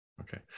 okay